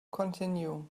continue